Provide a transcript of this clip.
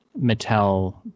mattel